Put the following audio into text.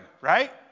right